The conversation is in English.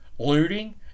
looting